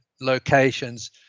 locations